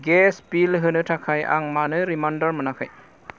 gas bill होनो थाखाय आं मानो रिमान्डार मोनाखै